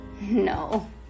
No